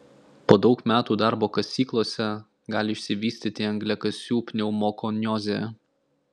po daug metų darbo kasyklose gali išsivystyti angliakasių pneumokoniozė